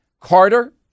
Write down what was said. Carter